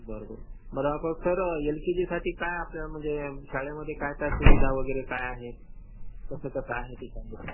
बरं बरं बरं आप सर एल के जीसाठी काय आपल्या म्हणजे शाळेमध्ये काय काय सुविधा वगैरे काय आहेत कसं कसं आहे ते शाळेचं